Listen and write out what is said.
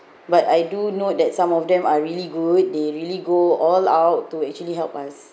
but I do note that some of them are really good they really go all out to actually help us